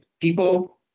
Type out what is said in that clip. people